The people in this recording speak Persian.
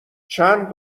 چند